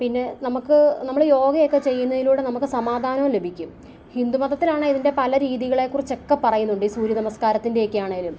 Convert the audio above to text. പിന്നെ നമുക്ക് നമ്മൾ യോഗയൊക്കെ ചെയ്യുന്നതിലൂടെ നമുക്ക് സമാധാനവും ലഭിക്കും ഹിന്ദു മതത്തിലാണ് ഇതിൻ്റെ പല രീതികളെ കുറിച്ചൊക്കെ പറയുന്നുണ്ട് സൂര്യ നമസ്കാരത്തിൻ്റെ ഒക്കെ ആണേലും